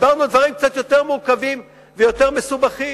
הסברנו דברים קצת יותר מורכבים ויותר מסובכים,